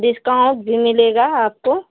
discount भी मिलेगा आपको